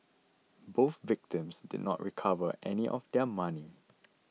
both victims did not recover any of their money